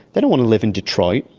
they don't want to live in detroit,